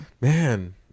Man